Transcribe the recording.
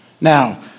Now